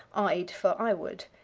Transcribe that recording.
i'd for i would.